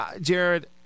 Jared